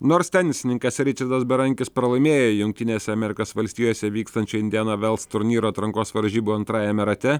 nors tenisininkas ričardas berankis pralaimėjo jungtinėse amerikos valstijose vykstančią indiana vels turnyro atrankos varžybų antrajame rate